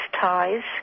ties